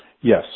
Yes